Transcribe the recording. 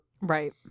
Right